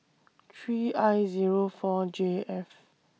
three I Zero four J F